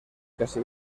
casi